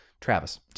Travis